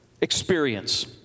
experience